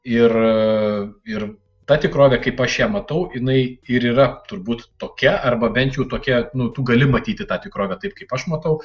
ir ir ta tikrovė kaip aš ją matau jinai ir yra turbūt tokia arba bent jau tokia nu tu gali matyti tą tikrovę taip kaip aš matau